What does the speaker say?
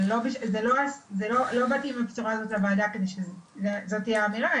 אבל לא באתי עם הבשורה הזאת לוועדה כדי שזאת תהיה האמירה,